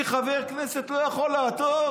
אני, חבר כנסת, לא יכול לעתור?